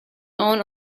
own